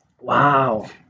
Wow